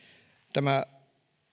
tämä